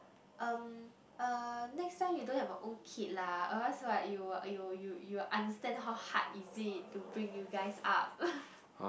um uh next time you don't have your own kid lah always what you you you you understand how hard is it to bring you guys up